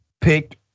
picked